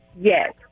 Yes